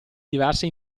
diverse